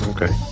Okay